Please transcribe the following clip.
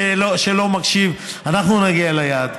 שלא מקשיב: אנחנו נגיע ליעד.